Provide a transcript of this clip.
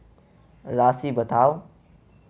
राशि बताउ